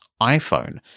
iPhone